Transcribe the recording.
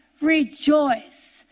Rejoice